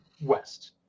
west